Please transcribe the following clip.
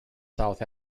south